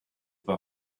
war